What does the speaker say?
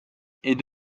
est